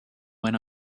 when